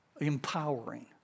empowering